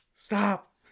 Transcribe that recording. Stop